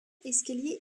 escalier